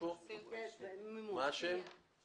מן המשרד